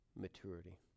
maturity